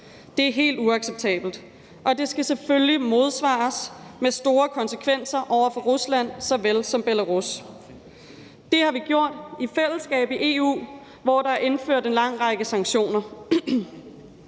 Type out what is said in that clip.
Det er helt uacceptabelt, og det skal selvfølgelig modsvares med store konsekvenser over for Rusland såvel som Belarus. Det har vi gjort i fællesskab i EU, hvor der er indført en lang række sanktioner.